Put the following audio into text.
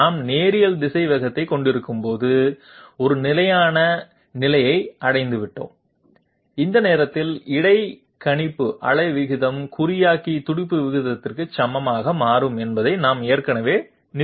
நாம் நேரியல் திசைவேகத்தைக் கொண்டிருக்கும்போது ஒரு நிலையான நிலையை அடைந்துவிட்டோம் அந்த நேரத்தில் இடைக்கணிப்பு அலை விகிதம் குறியாக்கி துடிப்பு விகிதத்திற்கு சமமாக மாறும் என்பதை நாம் ஏற்கனவே நிறுவினோம்